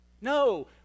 No